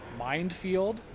Mindfield